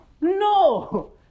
No